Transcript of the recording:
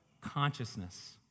consciousness